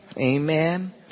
Amen